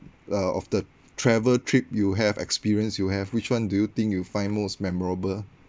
uh of the travel trip you have experience you have which one do you think you find most memorable